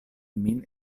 min